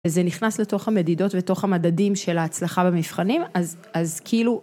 זה נכנס לתוך המדידות... לתוך המדדים של ההצלחה במבחנים, אז, כאילו...